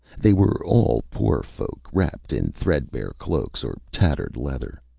they were all poor folk, wrapped in threadbare cloaks or tattered leather.